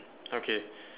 okay